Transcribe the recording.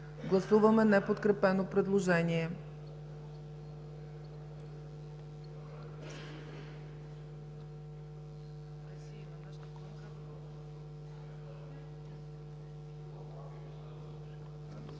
гласуване неподкрепеното предложение